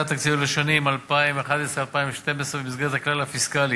התקציביות לשנים 2011 2012 במסגרת הכלל הפיסקלי